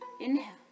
inhale